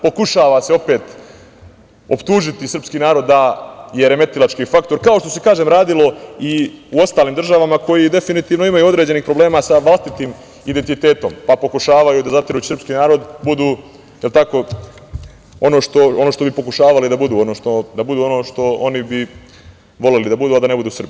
Pokušava se opet optužiti srpski narod da je remetilački faktor, kao što se radilo i u ostalim državama, koje definitivno imaju određenih problema sa vlastitim identitetom pa pokušavaju da zatiru srpski narod i da budu ono što bi pokušavali da budu, da budu ono što bi voleli da budu, a da ne budu Srbi.